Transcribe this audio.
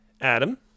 Adam